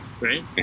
right